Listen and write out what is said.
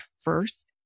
first